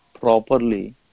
properly